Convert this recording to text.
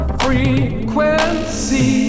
frequency